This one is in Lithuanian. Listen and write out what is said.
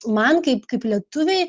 man kaip kaip lietuvei